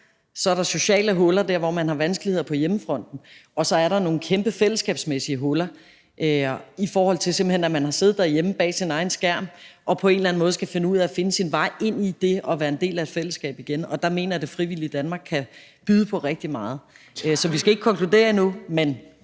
så er der sociale huller der, hvor man har vanskeligheder på hjemmefronten, og så er der nogle kæmpe fællesskabsmæssige huller, i forhold til at man simpelt hen har siddet derhjemme bag sin egen skærm og på en eller anden måde skal forsøge at finde sin vej ind i det at være en del af et fællesskab igen, og der mener jeg, at det frivillige Danmark kan byde på rigtig meget. Så vi skal ikke konkludere endnu, men